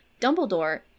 Dumbledore